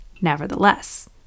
Nevertheless